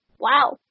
wow